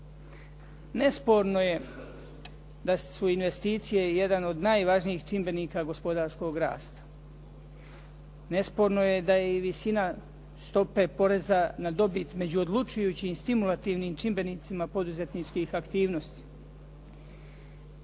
Nesporno je da su investicije jedan od najvažnijih čimbenika gospodarskog rasta. Nesporno je da je i visina stope poreza na dobit među odlučujućim i stimulativnim čimbenicima poduzetničkih aktivnosti.